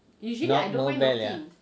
nope no bell ya